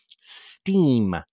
Steam